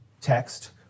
text